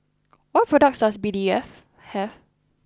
What products does B D F have